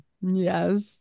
yes